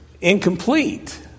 incomplete